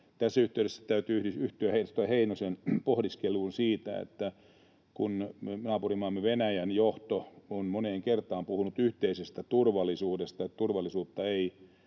Tässä yhteydessä täytyy siis yhtyä edustaja Heinosen pohdiskeluun siitä, että naapurimaamme Venäjän johto on moneen kertaan puhunut yhteisestä turvallisuudesta